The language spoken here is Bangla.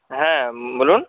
হ্যাঁ বলুন